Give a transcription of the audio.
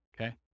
Okay